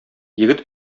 егет